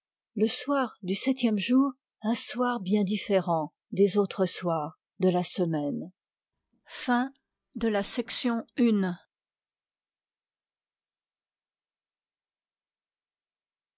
le soir du septième jour un soir bien différent des autres soirs de la semaine